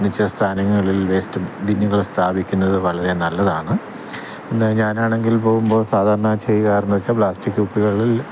മിച്ച സ്ഥാനങ്ങളിൽ വേസ്റ്റ് ബിന്നുകള് സ്ഥാപിക്കുന്നത് വളരെ നല്ലതാണ് എന്നാല് ഞാനാണെങ്കിൽ പോവുമ്പോൾ സാധാരണ ചെയ്യാറെന്നുവച്ചാൽ പ്ലാസ്റ്റിക് കുപ്പികളിൽ